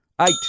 Eight